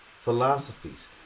Philosophies